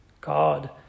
God